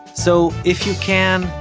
so if you can,